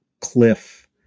cliff